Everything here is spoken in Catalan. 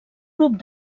grup